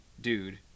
dude